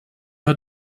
hat